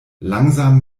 langsam